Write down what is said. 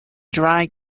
dry